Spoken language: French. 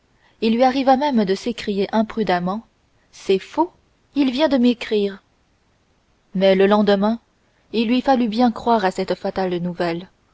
il lui arriva même de s'écrier imprudemment c'est faux il vient de m'écrire mais le lendemain il lui fallut bien croire à cette fatale nouvelle